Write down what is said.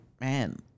man